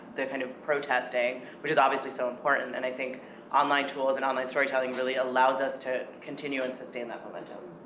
the kind of protesting, which is obviously so important, and i think online tools and online storytelling really allows us to continue in assisting and that momentum.